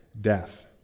death